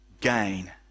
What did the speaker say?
gain